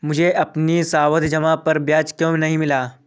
मुझे अपनी सावधि जमा पर ब्याज क्यो नहीं मिला?